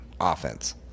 Offense